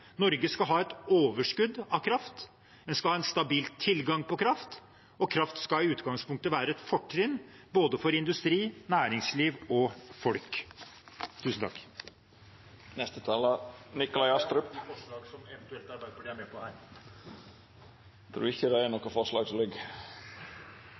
Norge skal ha et overskudd av kraft. Vi skal ha en stabil tilgang på kraft, og kraft skal i utgangspunktet være et fortrinn for både industri, næringsliv og folk. Vi står i en situasjon med ekstraordinært høye strømpriser i Sør-Norge. På kort sikt finnes det bare én god løsning på denne utfordringen, og det er